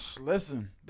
listen